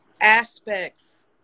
aspects